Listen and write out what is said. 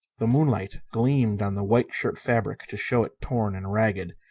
the moonlight gleamed on the white shirt fabric to show it torn and ragged.